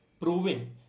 proving